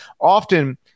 Often